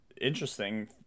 interesting